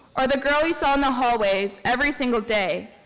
or the girl you saw in the hallways every single day,